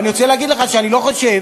אבל אני רוצה להגיד לך שאני לא חושב,